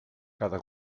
cada